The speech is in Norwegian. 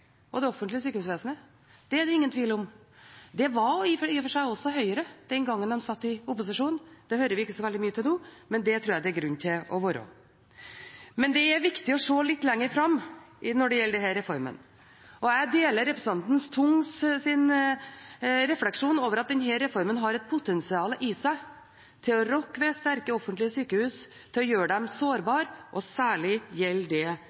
overfor de offentlige sykehusene og det offentlige sykehusvesenet. Det er det ingen tvil om. Det var i og for seg også Høyre den gangen de satt i opposisjon. Det hører vi ikke så veldig mye til nå, men det tror jeg det er grunn til å være. Men det er viktig å se litt lenger fram når det gjelder denne reformen, og jeg deler representanten Tungs refleksjon over at denne reformen har et potensial i seg til å rokke ved sterke offentlige sykehus, til å gjøre dem sårbare, og særlig gjelder det